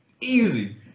Easy